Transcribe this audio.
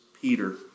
Peter